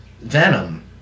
Venom